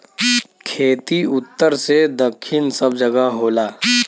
खेती उत्तर से दक्खिन सब जगह होला